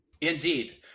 Indeed